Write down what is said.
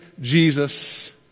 Jesus